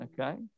okay